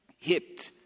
hit